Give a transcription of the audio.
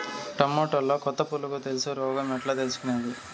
టమోటాలో కొత్త పులుగు తెలుసు రోగం ఎట్లా తెలుసుకునేది?